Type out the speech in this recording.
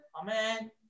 Amen